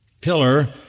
Pillar